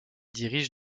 dirige